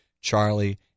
Charlie